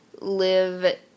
live